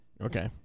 Okay